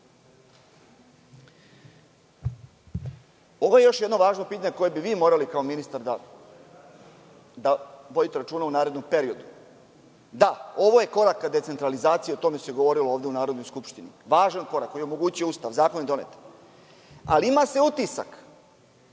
je još jedno važno pitanje na koje bi vi morali kao ministar da obratite pažnju u narednom periodu. Da, ovo je korak ka decentralizaciji, o tome se govorilo ovde u Narodnoj skupštini, važan korak, koji je omogućio Ustav, zakon. Ali, ima se utisak